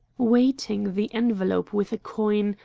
weighting the envelope with a coin,